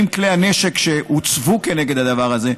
אם כלי הנשק שהוצבו כנגד הדבר הזה נכשלו,